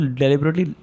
deliberately